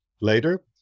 later